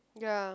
ya